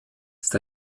ist